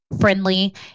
friendly